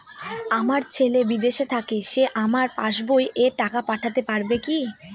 আমার ছেলে বিদেশে থাকে সে আমার পাসবই এ টাকা পাঠাতে পারবে কি?